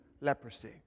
leprosy